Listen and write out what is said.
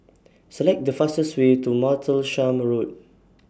Select The fastest Way to Martlesham Road